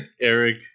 Eric